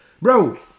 Bro